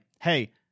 hey